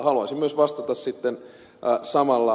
haluaisin myös vastata sitten samalla ed